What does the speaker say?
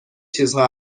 چیزها